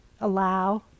allow